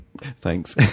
thanks